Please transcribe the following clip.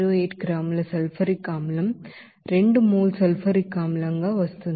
08 గ్రాముల సల్ఫ్యూరిక్ ಆಸಿಡ್గా 2 mole sulphuric ಆಸಿಡ್గా వస్తోంది